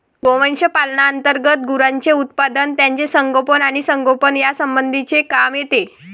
गोवंश पालना अंतर्गत गुरांचे उत्पादन, त्यांचे संगोपन आणि संगोपन यासंबंधीचे काम येते